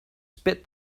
spit